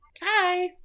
Hi